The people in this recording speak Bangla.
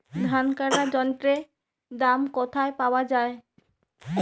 ধান কাটার যন্ত্রের দাম কোথায় পাওয়া যায়?